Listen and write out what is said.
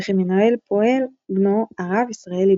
וכמנהל-פועל בנו הרב ישראל ליברמן.